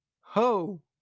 ho